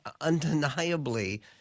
undeniably